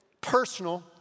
personal